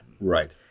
Right